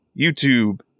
YouTube